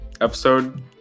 episode